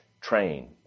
train